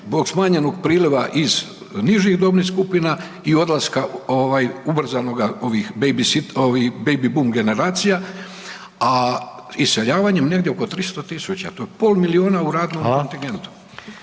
zbog smanjenog priljeva iz nižih dobnih skupina i odlaska ubrzanoga bejbi bum generacija, iseljavanjem negdje oko 300 tisuća. To je pola milijuna u radnom kontingentu.